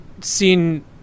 seen